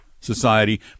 society